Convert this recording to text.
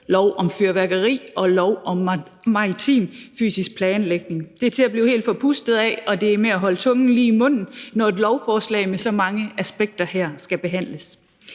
lov om fyrværkeri og lov om maritim fysisk planlægning. Det er til at blive helt forpustet af, og det er med at holde tungen lige i munden, når et lovforslag med så mange aspekter skal behandles.